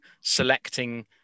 selecting